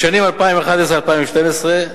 בשנים 2011 ו-2012,